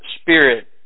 spirit